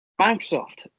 Microsoft